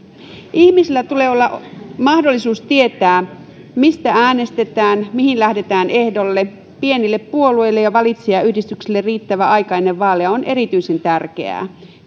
ihmisillä tulee olla mahdollisuus tietää mistä äänestetään mihin lähdetään ehdolle pienille puolueille ja valitsijayhdistyksille riittävä aika ennen vaaleja on erityisen tärkeää